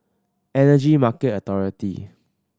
Energy Market Authority